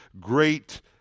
great